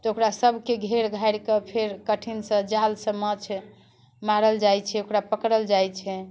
जे ओकरा सबके घेर घारिके फेर कठिनसँ जालसँ माछ मारल जाइत छै ओकरा पकड़ल जाइत छै